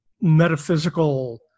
metaphysical